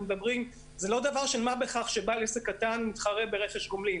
זה לא דבר של מה בכך שבעל עסק קטן מתחרה ברכש גומלין.